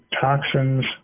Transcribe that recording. toxins